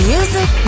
Music